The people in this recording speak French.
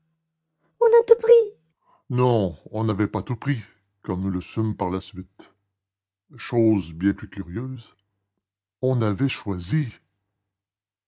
on a tout pris non on n'avait pas tout pris comme nous le sûmes par la suite chose bien plus curieuse on avait choisi